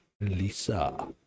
lisa